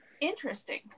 interesting